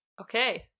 Okay